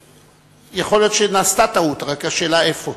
יכול להיות שנעשתה טעות, רק השאלה איפה.